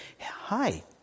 hi